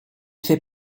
fait